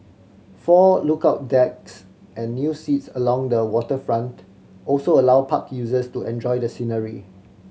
four lookout decks and new seats along the waterfront also allow park users to enjoy the scenery